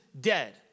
dead